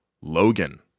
Logan